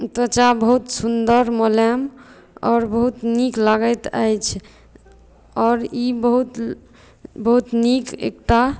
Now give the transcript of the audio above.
त्वचा बहुत सुन्दर मुलायम आओर बहुत नीक लागैत अछि आओर ई बहुत बहुत नीक एकटा